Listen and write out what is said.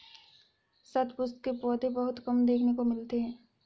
शतपुष्प के पौधे बहुत कम देखने को मिलते हैं